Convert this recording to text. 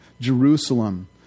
Jerusalem